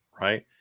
right